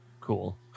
Cool